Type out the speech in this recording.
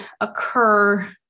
occur